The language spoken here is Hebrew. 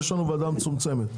יש לנו ועדה מצומצמת.